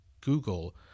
Google